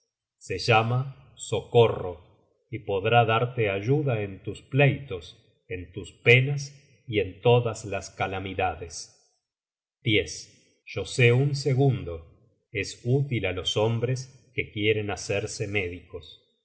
se llama socorro y podrá darte ayuda en tus pleitos en tus penas y en todas las calamidades content from google book search generated at yo sé un segundo es útil á los hombres que quieren hacerse médicos